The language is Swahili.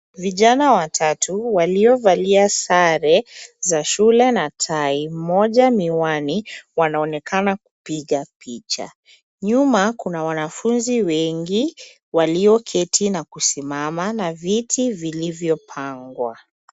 Vijana watatu waliovalia sare za shule na tai, mmoja miwani, wanaonekana kupiga picha. Nyuma kua wanafunzi wengi walioketi na kusimama na viti vilivyopangwa.